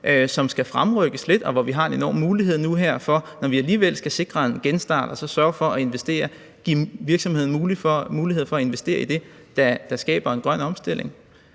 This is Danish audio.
som skal fremrykkes lidt, og der har vi nu en enorm mulighed for, når vi alligevel skal sikre en genstart, at sørge for at investere, altså give virksomheder muligheder for at investere i det, der skaber en grøn omstilling.